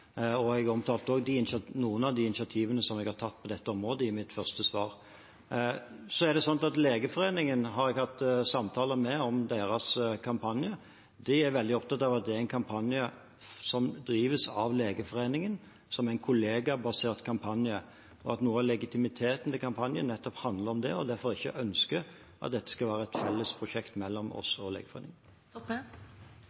Jeg omtalte også noen av de initiativene jeg har tatt på dette området, i mitt første svar. Jeg har hatt samtaler med Legeforeningen om deres kampanje. De er veldig opptatt av at det er en kampanje som drives av Legeforeningen som en kollegabasert kampanje, at noe av legitimiteten i kampanjen nettopp handler om det, og at en derfor ikke ønsker at dette skal være et felles prosjekt mellom oss